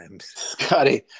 Scotty